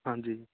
ਹਾਂਜੀ